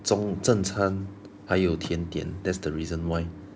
中正餐还有甜点 that's the reason why